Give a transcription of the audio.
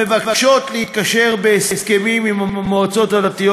המבקשות להתקשר בהסכמים עם המועצות הדתיות